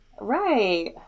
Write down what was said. Right